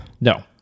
No